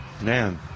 man